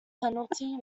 penalty